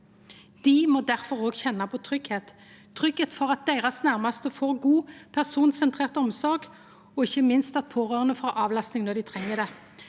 Dei må difor òg kjenna på tryggleik – tryggleik for at deira næraste får god, personsentrert omsorg, og ikkje minst at pårørande får avlasting når dei treng det.